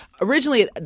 Originally